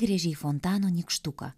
gręžė į fontano nykštuką